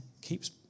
keeps